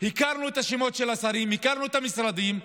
הכרנו את השמות של השרים, הכרנו את המשרדים.